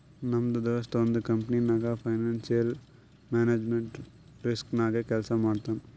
ನಮ್ ದೋಸ್ತ ಒಂದ್ ಕಂಪನಿನಾಗ್ ಫೈನಾನ್ಸಿಯಲ್ ಮ್ಯಾನೇಜ್ಮೆಂಟ್ ರಿಸ್ಕ್ ನಾಗೆ ಕೆಲ್ಸಾ ಮಾಡ್ತಾನ್